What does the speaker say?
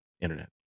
internet